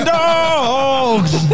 dogs